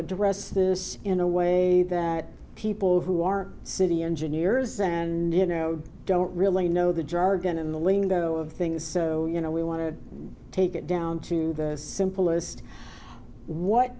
address this in a way that people who are city engineers and you know don't really know the jargon in the lingo of things so you know we want to take it down to the simplest